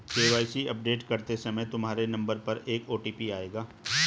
KYC update करते समय तुम्हारे नंबर पर एक ओ.टी.पी आएगा